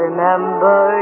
Remember